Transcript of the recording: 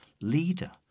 leader